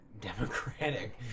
Democratic